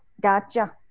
Gotcha